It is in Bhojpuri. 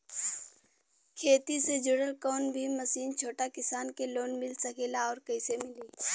खेती से जुड़ल कौन भी मशीन छोटा किसान के लोन मिल सकेला और कइसे मिली?